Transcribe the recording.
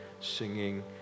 singing